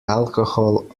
alcohol